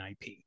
IP